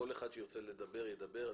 כל אחד שירצה לדבר, יוכל לדבר.